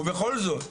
ובכל זאת,